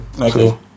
okay